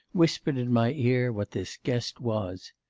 whispered in my ear what this guest was.